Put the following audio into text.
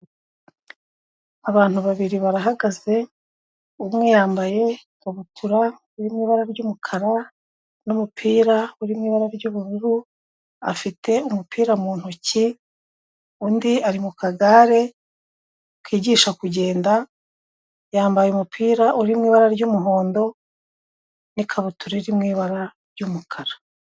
Abantu babiri barahagaze umwe yambaye ikabutura n'ibara ry'umukara n'umupira uri mu ibara ry'ubururu afite umupira mu ntoki undi ari mu kagare kigisha kugenda yambaye umupira uri mu ibara ry'umuhondo n'ikabutura mu ibara ry'umukara.